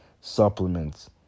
supplements